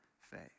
faith